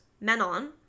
Menon